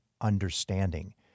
understanding